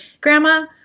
Grandma